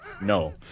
No